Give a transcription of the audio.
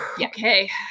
Okay